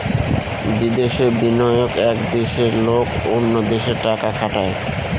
বিদেশে বিনিয়োগ এক দেশের লোক অন্য দেশে টাকা খাটায়